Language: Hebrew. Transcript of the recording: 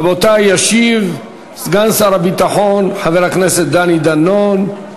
רבותי, ישיב סגן שר הביטחון חבר הכנסת דני דנון.